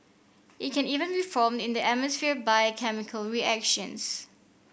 it can even be formed in the atmosphere by chemical reactions